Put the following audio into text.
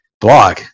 blog